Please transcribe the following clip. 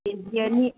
ꯀꯦ G ꯑꯅꯤ